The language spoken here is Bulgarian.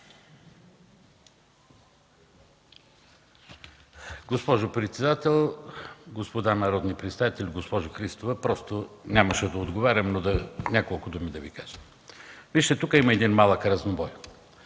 Госпожо председател, господа народни представители, госпожо Христова! Нямаше да отговарям, но ще Ви кажа няколко думи. Вижте, тук има един малък разнобой.